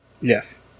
Yes